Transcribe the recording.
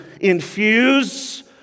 infuse